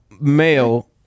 male